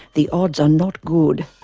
the odds are not good.